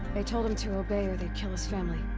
they told him to obey or they'd kill his family.